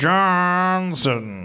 Johnson